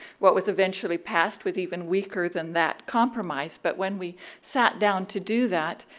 what was eventually passed was even weaker than that compromise but when we sat down to do that,